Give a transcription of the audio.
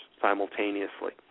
simultaneously